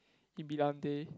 he brillante